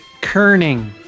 kerning